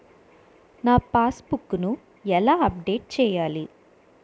నా passbook ఎలా update చేయాలి?